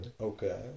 okay